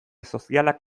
sozialak